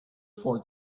for